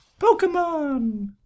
Pokemon